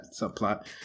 subplot